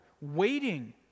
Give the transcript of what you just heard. waiting